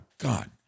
god